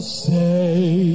say